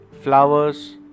flowers